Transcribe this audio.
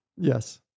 Yes